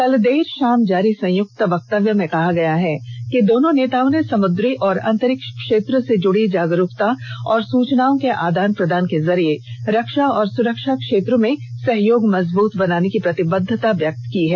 कल देर शाम जारी संयुक्त वक्तव्य में कहा गया है कि दोनों नेताओं र्न समुद्री और अंतरिक्ष क्षेत्र से जुड़ी जागरुकता और सूचनाओं के आदान प्रदान के जरिए रक्षा और सुरक्षा क्षेत्र में सहयोग मजबूत बनाने की प्रतिबद्धता व्यक्त की है